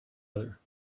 other